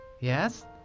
Yes